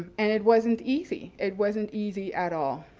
and it wasn't easy. it wasn't easy at all.